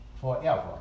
forever